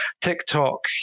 TikTok